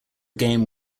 game